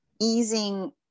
easing